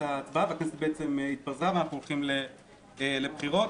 והכנסת בעצם התפזרה ואנחנו הולכים לבחירות.